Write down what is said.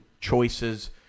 choices